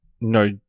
No